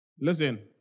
Listen